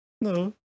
No